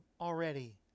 already